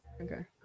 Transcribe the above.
Okay